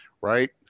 right